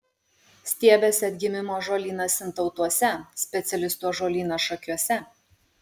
stiebiasi atgimimo ąžuolynas sintautuose specialistų ąžuolynas šakiuose